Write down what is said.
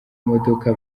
imodoka